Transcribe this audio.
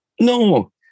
No